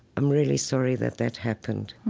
i'm really sorry that that happened.